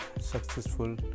successful